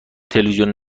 تلویزیون